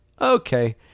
okay